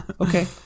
okay